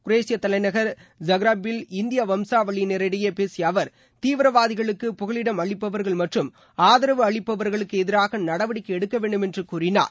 Zagreb பில் இந்திய வம்சா வழியினரிடையே பேசிய அவர் குரேஷிய தலைநகர் தீவிரவாதிகளுக்கு புகலிடம் அளிப்பவர்கள் மற்றும் ஆதரவு அளிப்பவர்களுக்கு எதிராக நடவடிக்கை எடுக்க வேண்டும் என்று கூறினார்